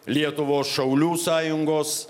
lietuvos šaulių sąjungos